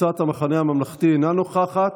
קבוצת המחנה הממלכתי אינה נוכחת.